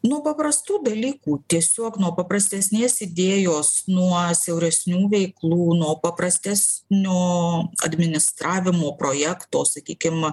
nuo paprastų dalykų tiesiog nuo paprastesnės idėjos nuo siauresnių veiklų nuo paprastesnio administravimo projekto sakykim